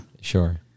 sure